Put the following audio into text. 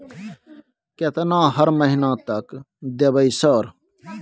केतना हर महीना तक देबय सर?